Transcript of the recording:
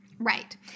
Right